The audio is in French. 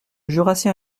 jurassien